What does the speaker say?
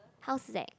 how's that